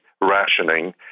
rationing